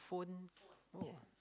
phone oh